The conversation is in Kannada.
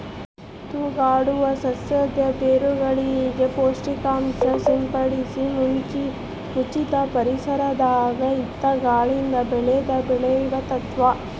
ತೂಗಾಡುವ ಸಸ್ಯದ ಬೇರುಗಳಿಗೆ ಪೋಷಕಾಂಶ ಸಿಂಪಡಿಸಿ ಮುಚ್ಚಿದ ಪರಿಸರದಾಗ ಇದ್ದು ಗಾಳಿಯಿಂದ ಬೆಳೆ ಬೆಳೆಸುವ ತತ್ವ